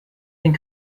den